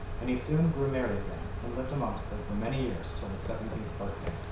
and he soon grew merry again, and lived amongst them for many years till his seventeenth birthday.